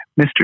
Mr